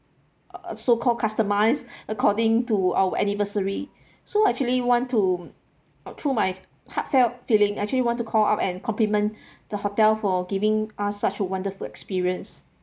uh so called customized according to our anniversary so actually want to uh through my heartfelt feeling actually want to call up and compliment the hotel for giving us such a wonderful experience